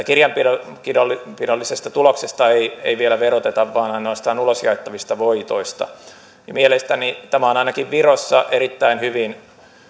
kirjanpidollisesta tuloksesta ei ei vielä veroteta vaan ainoastaan ulosjaettavista voitoista mielestäni tämä on ainakin virossa erittäin hyvin